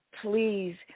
please